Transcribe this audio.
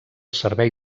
servei